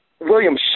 William